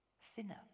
thinner